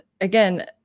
again